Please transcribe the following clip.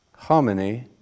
Harmony